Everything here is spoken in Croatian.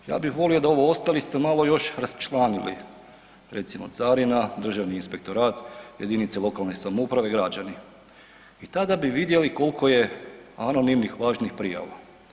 Ja bih volio da ovo ostali ste još malo raščlanili, recimo Carina, Državni inspektorat, jedinice lokalne samouprave i građani i tada bi vidjeli koliko je anonimnih važnih prijava.